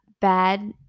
bad